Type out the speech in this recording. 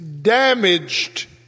Damaged